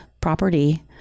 property